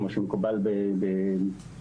כמו שמקובל בעולם,